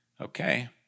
okay